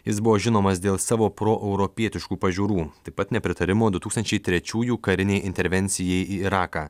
jis buvo žinomas dėl savo proeuropietiškų pažiūrų taip pat nepritarimo du tūkstančiai trečiųjų karinei intervencijai į iraką